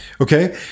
Okay